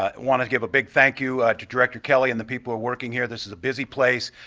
want to give a big thank you to director kelly and the people working here. this is a busy place.